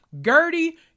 Gertie